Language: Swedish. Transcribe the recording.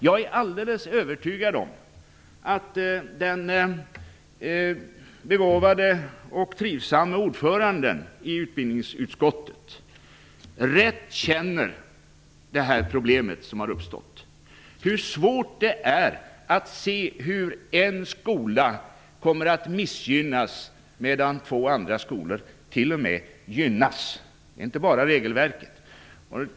Jag är alldeles övertygad om att den begåvade och trivsamme ordföranden i utbildningsutskottet rätt känner det problem som har uppstått, nämligen hur svårt det är att se hur en skola kommer att missgynnas medan två andra skolor t.o.m. gynnas, och det gäller inte bara regelverket.